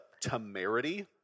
temerity